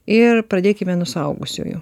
ir pradėkime nuo suaugusiųjų